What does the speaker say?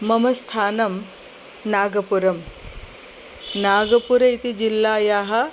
मम स्थानं नागपुरं नागपुरम् इति जिल्लायाः